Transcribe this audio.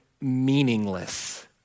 meaningless